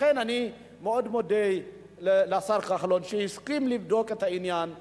לכן אני מאוד מודה לשר כחלון שהסכים לבדוק את העניין לעומק,